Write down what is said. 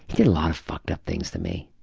he did a lot of fucked up things to me.